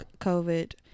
covid